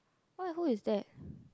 what who is that